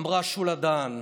אמרה שולה דהן.